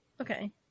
Okay